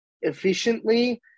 Efficiently